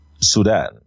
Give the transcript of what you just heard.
Sudan